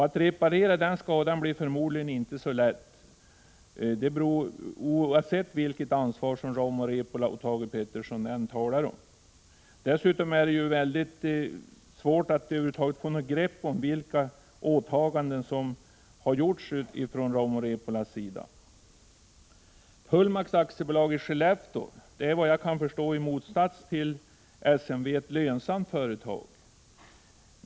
Att reparera den skadan blir förmodligen inte så lätt, oavsett vilket ansvar Rauma Repola och Thage Peterson talar om. Dessutom är det väldigt svårt att över huvud taget få något grepp om vilka åtaganden som har gjorts från Rauma Repolas sida. Pullmax AB i Skellefteå är vad jag kan förstå i motsats till SMV ett lönsamt företag.